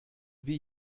wie